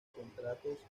contratos